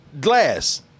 glass